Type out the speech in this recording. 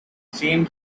seemed